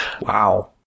Wow